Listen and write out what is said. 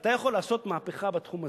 ואתה יכול לעשות מהפכה בתחום הזה.